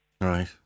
Right